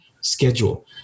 schedule